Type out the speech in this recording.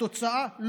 בוודאי שיש.